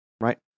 Right